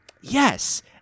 Yes